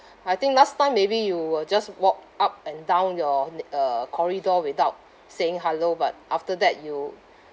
I think last time maybe you will just walk up and down your uh corridor without saying hello but after that you